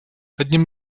одним